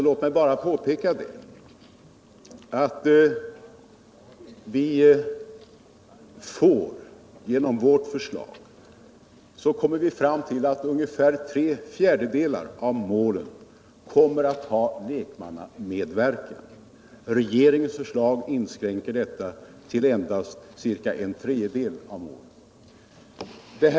Låt mig bara påpeka att det också innebär att vi genom vårt förslag kommer fram till det resultatet att ungefär tre fjärdedelar av målen kommer att ha lekmannamedverkan, medan regeringens förslag inskränker detta lekmannainflytande till endast ca en tredjedel av målen.